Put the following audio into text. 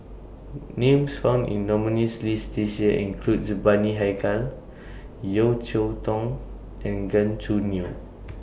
Names found in nominees' list This Year include The Bani Haykal Yeo Cheow Tong and Gan Choo Neo